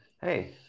Hey